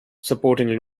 supporting